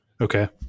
Okay